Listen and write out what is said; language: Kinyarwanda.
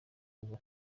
bava